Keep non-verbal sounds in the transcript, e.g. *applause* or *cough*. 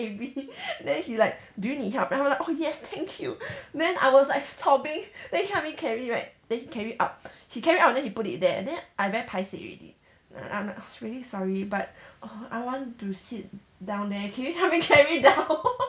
heavy then he like do you need help then I like oh yes thank you then I was like sobbing then he help me carry right then he carry up he carry up then he put it there then I very paiseh already I'm like really sorry but err I want to sit down there can you help me carry down *laughs*